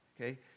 Okay